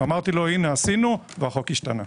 אמרתי לו: עשינו והחוק השתנה.